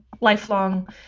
lifelong